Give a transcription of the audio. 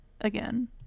again